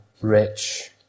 rich